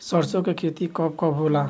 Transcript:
सरसों के खेती कब कब होला?